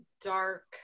dark